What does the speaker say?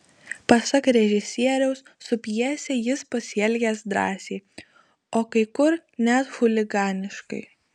pasak režisieriaus su pjese jis pasielgęs drąsiai o kai kur net chuliganiškai